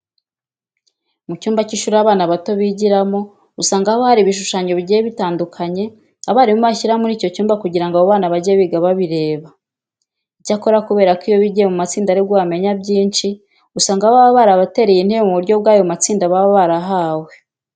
Mu cyumba cy'ishuri abana bato bigiramo usanga haba hari ibishushanyo bigiye bitandukanye abarimu bashyira muri icyo cyumba kugira ngo abo bana bajye biga babireba. Icyakora kubera ko iyo bigiye mu matsinda ari bwo bamenya byinshi, usanga baba barabatereye intebe mu buryo bw'ayo matsinda baba barahawe.